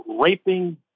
raping